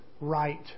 right